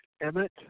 Emmett